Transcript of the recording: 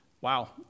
Wow